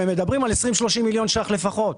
הם מדברים על 20-30 מיליון ₪ לפחות.